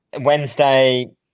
Wednesday